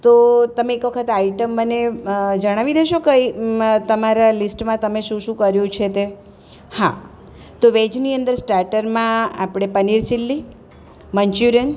તો તમે એકવખત આઈટમ મને જણાવી દેશો કઈ તમારા લિસ્ટમાં તમે શું શું કર્યું છે તે હા તો વેજની અંદર સ્ટાર્ટરમાં આપણે પનીર ચીલી મંચુરિયન